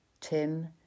Tim